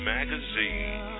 Magazine